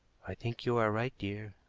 i think you are right, dear,